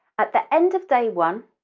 at the end of day one,